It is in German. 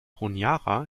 honiara